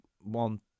one